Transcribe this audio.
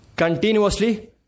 Continuously